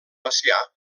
macià